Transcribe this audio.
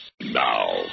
Now